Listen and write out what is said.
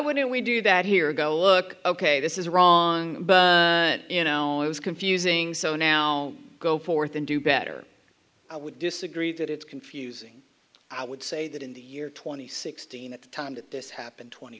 wouldn't we do that here go look ok this is wrong but you know it was confusing so now go forth and do better i would disagree that it's confusing i would say that in the year two thousand and sixteen at the time that this happened twenty